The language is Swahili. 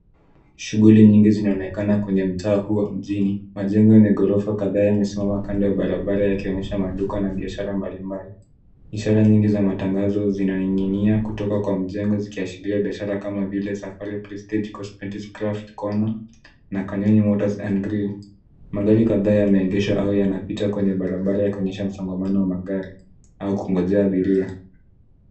Shughuli nyingi zinaonekana kwenye huu wa mjini. Majengo yenye ghorofa kadhaa yamesimama kando ya barabara, yakionyesha maduka na biashara mbalimbali. Ishara nyingi za matangazo zinaning'inia kutoka kwa mjengo, zikiashiria biashara kama vile Saparil Prestige, Cosmetics Craft, Kona, na Kanyoni Motors and Green. Magari kadhaa yameegeshwa au yanapita kwenye barabara, yakionyesha msongamano wa magari au kungoja abiria.